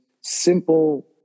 simple